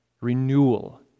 renewal